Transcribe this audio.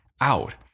out